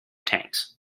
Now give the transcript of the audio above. tanks